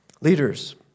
leaders